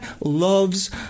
loves